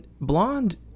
Blonde